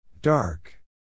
Dark